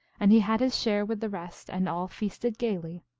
and he had his share with the rest, and all feasted gayly.